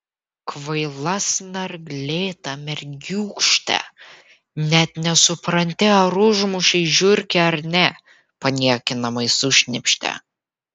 kvaila snarglėta mergiūkšte net nesupranti ar užmušei žiurkę ar ne paniekinamai sušnypštė